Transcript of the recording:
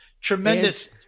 tremendous